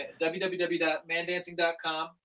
www.mandancing.com